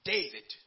David